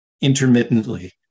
intermittently